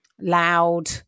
loud